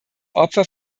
opfer